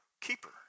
keeper